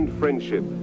friendship